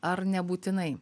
ar nebūtinai